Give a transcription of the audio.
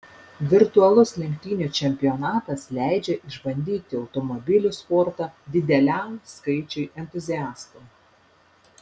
virtualus lenktynių čempionatas leidžia išbandyti automobilių sportą dideliam skaičiui entuziastų